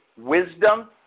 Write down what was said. wisdom